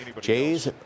Jays